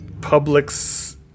public's